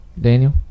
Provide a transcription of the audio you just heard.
Daniel